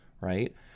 right